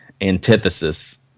antithesis